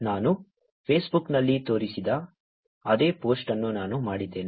ನಾನು ಫೇಸ್ಬುಕ್ನಲ್ಲಿ ತೋರಿಸಿದ ಅದೇ ಪೋಸ್ಟ್ ಅನ್ನು ನಾನು ಮಾಡಿದ್ದೇನೆ